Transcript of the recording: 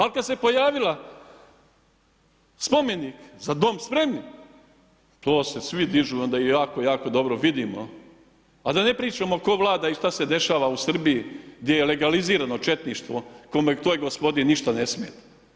Al kad se pojavila spomenik „Za dom spremni“ to se svi dižu i onda jako, jako dobro vidimo a da ne pričam ko vlada i šta se dešava u Srbiji gdje je legalizirano četništvo kome toj gospodi ništa ne smeta.